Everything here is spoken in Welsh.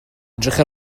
edrych